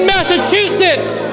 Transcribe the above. Massachusetts